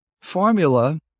formula